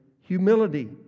humility